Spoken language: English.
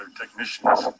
Technicians